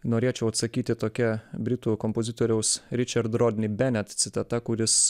norėčiau atsakyti tokia britų kompozitoriaus ričard rodni benet citata kuris